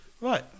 Right